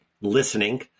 listening